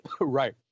Right